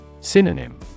Synonym